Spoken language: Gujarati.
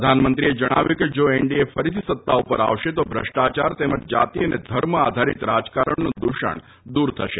પ્રધાનમંત્રી નરેન્દ્ર મોદીએ જણાવ્યું છે કે જો એનડીએ ફરીથી સત્તા ઉપર આવશે તો ભ્રષ્ટાચાર તેમજ જાતિ અને ધર્મ આધારિત રાજકારણનું દૂષણ દૂર થશે